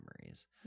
memories